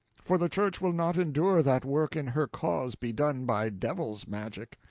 for the church will not endure that work in her cause be done by devil's magic.